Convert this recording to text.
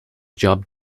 job